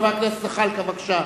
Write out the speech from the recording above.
חבר הכנסת זחאלקה, בבקשה.